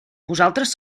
vosaltres